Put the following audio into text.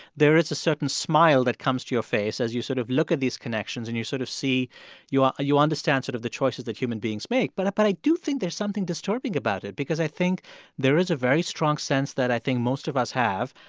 there is a certain smile that comes to your face as you sort of look at these connections and you sort of see you ah you understand sort of the choices that human beings make but i but i do think there's something disturbing about it because i think there is a very strong sense that i think most of us have.